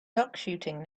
duckshooting